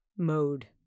Mode